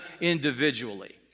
individually